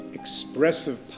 expressive